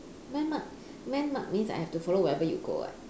man mark man mark means I have to follow wherever you go [what]